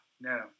no